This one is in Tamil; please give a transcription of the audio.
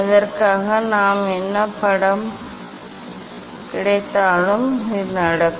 அதற்காக நமக்கு என்ன படம் கிடைத்தாலும் இது நடக்கும்